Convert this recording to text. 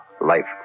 life